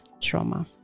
trauma